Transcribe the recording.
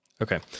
Okay